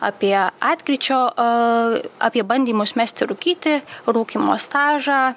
apie atkryčio o apie bandymus mesti rūkyti rūkymo stažą